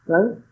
Right